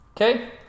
Okay